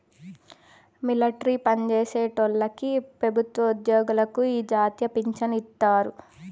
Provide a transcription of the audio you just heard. military పన్జేసేటోల్లకి పెబుత్వ ఉజ్జోగులకి ఈ జాతీయ పించను ఇత్తారు